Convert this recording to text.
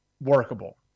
workable